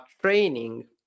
training